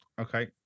Okay